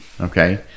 okay